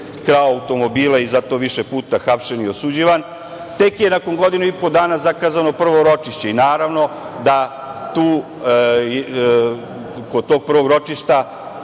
krao automobile i za to više puta hapšen i osuđivan. Tek je nakon godinu i po dana zakazano prvo ročište. Naravno da kod tog prvog ročišta